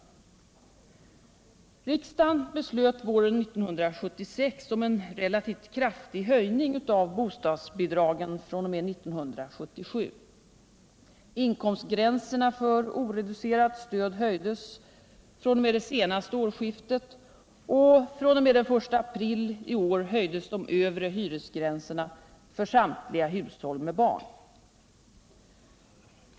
Riksdagen beslöt våren 1976 om en relativt kraftig höjning av bostadsbidragen fr.o.m. 1977. Inkomstgränserna för oreducerat stöd höjdes fr.o.m. det senaste årsskiftet, och fr.o.m. den I apriliår höjdes de övre hyresgränserna för samtliga hushåll med barn.